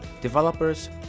developers